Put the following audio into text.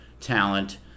talent